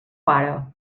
pare